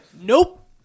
Nope